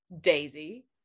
Daisy